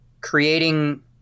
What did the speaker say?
creating